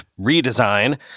redesign